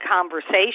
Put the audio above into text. conversation